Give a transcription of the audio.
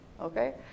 okay